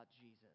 Jesus